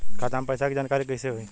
खाता मे पैसा के जानकारी कइसे होई?